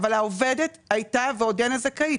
אבל העובדת הייתה ועודנה זכאית,